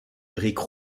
brique